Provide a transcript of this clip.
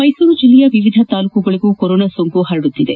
ಮೈಸೂರು ಜಿಲ್ಲೆಯ ವಿವಿಧ ತಾಲ್ಲೂಕುಗಳಿಗೂ ಕೊರೊನಾ ಸೋಂಕು ಹರಡುತ್ತಿದೆ